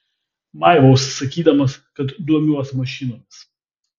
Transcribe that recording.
maivaus sakydamas kad domiuos mašinomis